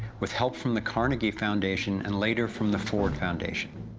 with help from the carnegie foundation and later from the ford foundation.